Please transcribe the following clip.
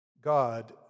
God